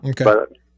Okay